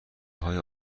های